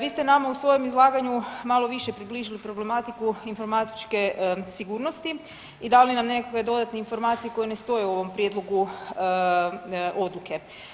Vi ste nama u svojem izlaganju malo više približili problematiku informatičke sigurnosti i dali nam nekakve dodatne informacije koje ne stoje u ovom prijedlogu odluke.